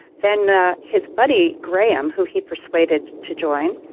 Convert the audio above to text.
then ah his buddy graham, who he persuaded to join,